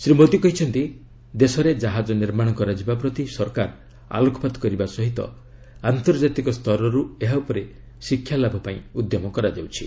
ଶ୍ରୀ ମୋଦୀ କହିଛନ୍ତି ଦେଶରେ ଜାହାଜ ନିର୍ମାଣ କରାଯିବା ପ୍ରତି ସରକାର ଆଲୋକପାତ କରିବା ସହ ଆନ୍ତର୍ଜାତିକ ସ୍ତରରୁ ଏହା ଉପରେ ଶିକ୍ଷା ଲାଭ ପାଇଁ ଉଦ୍ୟମ କରାଯାଉଛି